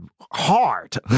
hard